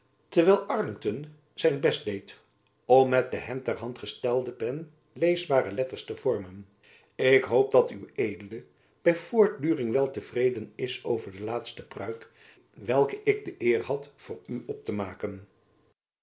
terwijl arlington zijn best deed om met de hem ter hand gestelde pen leesbare letters te vormen ik jacob van lennep elizabeth musch hoop dat ued by voortduring wel te vreden is over de laatste paruik welke ik de eer had voor u op te maken